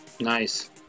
Nice